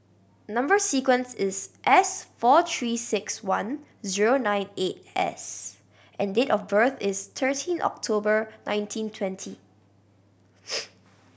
number sequence is S four Three Six One zero nine eight S and date of birth is thirteen October nineteen twenty